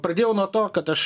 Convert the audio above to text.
pradėjau nuo to kad aš